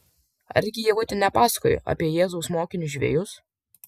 argi ievutė nepasakojo apie jėzaus mokinius žvejus